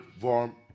warm